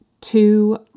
two